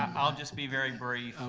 um i'll just be very brief.